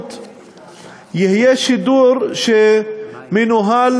המיעוט יהיה שידור שמנוהל